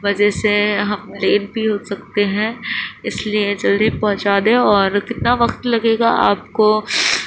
وجہ سے ہم لیٹ بھی ہو سکتے ہیں اس لیے جلدی پہنچا دیں اور کتنا وقت لگے گا آپ کو